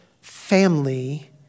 family